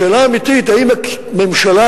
השאלה האמיתית: האם הממשלה,